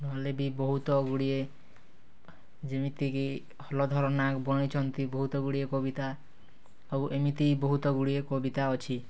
ନହେଲେ ବି ବହୁତ ଗୁଡ଼ିଏ ଯେମିତିକି ହଲଧର ନାଗ ବନେଇଛନ୍ତି ବହୁତ ଗୁଡ଼ିଏ କବିତା ଆଉ ଏମିତି ବହୁତ ଗୁଡ଼ିଏ କବିତା ଅଛି